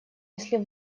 если